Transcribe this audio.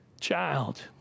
child